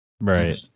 Right